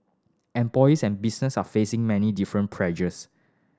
employers and business are facing many different pressures